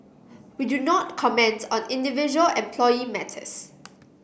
we do not comment on individual employee matters